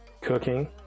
cooking